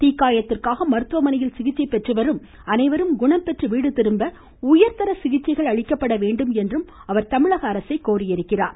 தீக்காயத்திற்காக மருத்துவமனையில் சிகிச்சை பெற்று வரும் அனைவரும் குணம் பெற்று வீடுதிரும்ப உயர்தர சிகிச்சைகள் அளிக்கப்பட வேண்டும் என்றும் அவர் தமிழக அரசை வலியுறுத்தியுள்ளார்